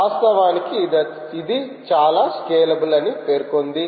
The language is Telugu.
వాస్తవానికి ఇది చాలా స్కేలబుల్ అని పేర్కొంది